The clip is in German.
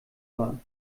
war